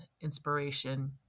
inspiration